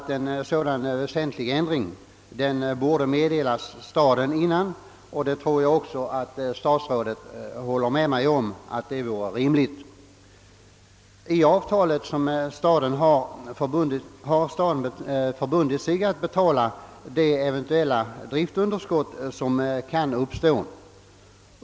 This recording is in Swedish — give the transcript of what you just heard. En sådan väsentlig ändring borde meddelas staden innan man skriver en räkning — det tror jag att statsrådet håller med mig om. Enligt avtalet har staden förbundit sig att betala det driftunderskott som kan uppkomma.